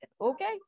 okay